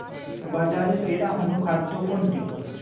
বাজারে সেরা অনুখাদ্য কোনটি?